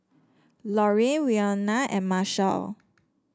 Lorean Wynona and Marshall